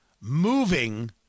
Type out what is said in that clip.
moving